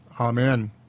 Amen